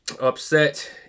upset